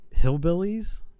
hillbillies